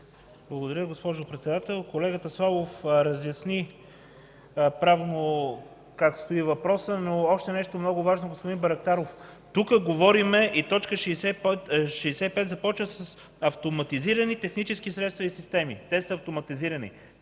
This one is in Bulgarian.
Благодаря, госпожо Председател. Колегата Славов разясни правно как стои въпросът. Още нещо много важно, господин Байрактаров. Тук говорим и т. 65 започва с „Автоматизирани технически средства и системи” – те са автоматизирани.